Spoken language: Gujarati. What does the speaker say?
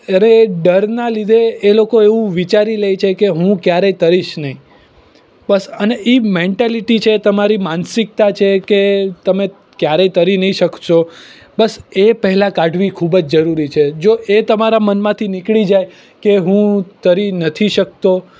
અરે ડરનાં લીધે એ લોકો એવું વિચારી લે છે કે હું ક્યારેય તરીશ નહીં બસ એ મેન્ટાલીટી છે તમારી માનસિકતા છે કે તમે ક્યારેય તરી નહીં શકશો બસ એ પહેલાં કાઢવી ખૂબ જ જરૂરી છે જો એ તમારા મનમાંથી નીકળી જાય કે હુ તરી નથી શકતો